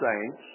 saints